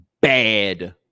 bad